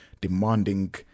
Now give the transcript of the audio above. demanding